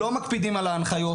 לא מקפידים על ההנחיות.